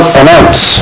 announce